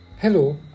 Hello